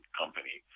company